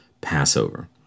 Passover